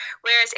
Whereas